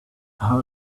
how